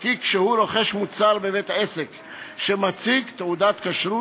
כי כשהוא רוכש מוצר בבית-עסק שמציג תעודת כשרות,